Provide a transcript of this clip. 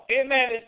Amen